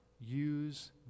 use